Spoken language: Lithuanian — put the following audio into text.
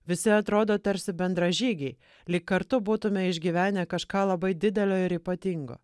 visi atrodo tarsi bendražygiai lyg kartu būtume išgyvenę kažką labai didelio ir ypatingo